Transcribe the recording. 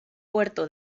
puerto